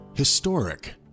Historic